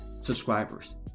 subscribers